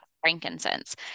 frankincense